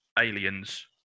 aliens